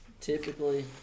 typically